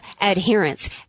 adherence